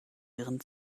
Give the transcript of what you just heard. ihren